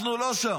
אנחנו לא שם.